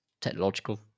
technological